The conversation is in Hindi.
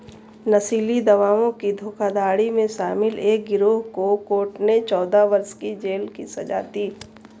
नशीली दवाओं की धोखाधड़ी में शामिल एक गिरोह को कोर्ट ने चौदह वर्ष की जेल की सज़ा दी